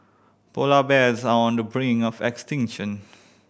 polar bears are on the brink of extinction